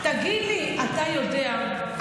אתה יודע,